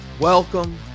Welcome